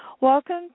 Welcome